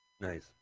Nice